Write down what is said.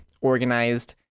organized